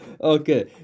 okay